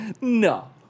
no